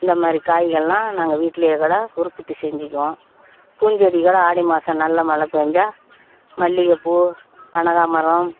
இந்த மாதிரி காய்கள்லாம் நாங்கள் வீட்லேயே கூட உற்பத்தி செஞ்சுக்குவோம் பூச்செடி கூட ஆடி மாசம் நல்லா மழை பேய்ஞ்சா மல்லிகைப்பூ கனகாமரம்